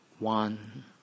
One